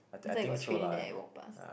next time you got training then I walk past